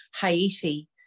haiti